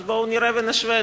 אז בואו נראה ונשווה.